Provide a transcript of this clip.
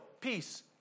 peace